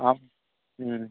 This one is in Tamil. ஆ ம்